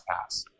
pass